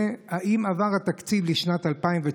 2. האם הועבר התקציב לשנת 2019?